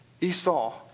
Esau